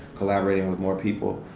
collaborating with more people,